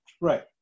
right